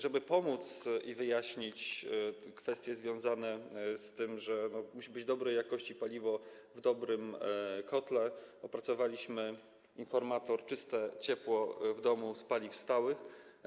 Żeby pomóc i wyjaśnić kwestie związane z tym, że musi być dobrej jakości paliwo w dobrym kotle, opracowaliśmy informator „Czyste ciepło w moim domu z paliw stałych”